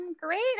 great